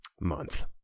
month